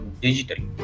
digital